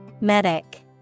Medic